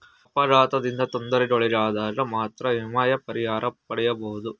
ಅಪಘಾತದಿಂದ ತೊಂದರೆಗೊಳಗಾದಗ ಮಾತ್ರ ವಿಮೆಯ ಪರಿಹಾರ ಪಡೆಯಬಹುದು